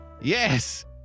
Yes